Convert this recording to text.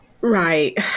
Right